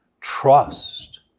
trust